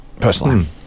personally